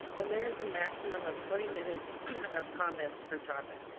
and there is a maximum of twenty minutes of comments per topic.